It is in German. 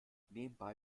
nebenbei